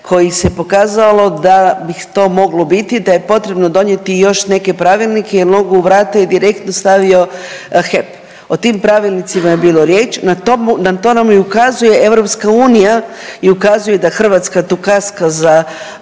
koji se pokazalo da bih to moglo biti da je potrebno donijeti i još neke pravilnike jer nogu u vrata je direktno stavio HEP. O tim pravilnicima je bilo riječ, na to nam i ukazuje EU i ukazuje da Hrvatska tu kaska za